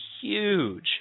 huge